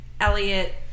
Elliot